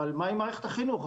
אבל מה עם מערכת החינוך?